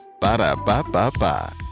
Ba-da-ba-ba-ba